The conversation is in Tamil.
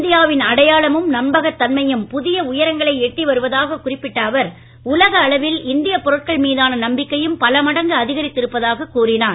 இந்தியாவின் அடையாளமும் நம்பகத்தன்மையும் புதிய உயரங்களை எட்டி வருவதாகக் குறிப்பிட்ட அவர் உலக அளவில் இந்தியப் பொருட்கள் மீதான நம்பிக்கையும் பலமடங்கு அதிகரித்து இருப்பதாகக் கூறினார்